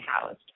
housed